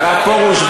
הרב פרוש,